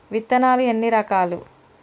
విత్తనాలు ఎన్ని రకాలు?